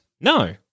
No